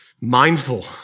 mindful